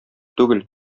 түгел